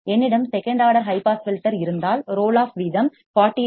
என்னிடம் second order high pass filter இருந்தால் roll off வீதம் 40 டி